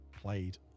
played